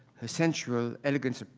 her sensual elegance,